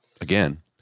Again